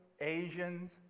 Asians